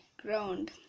ground